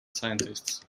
scientists